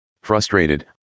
Frustrated